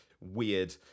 weird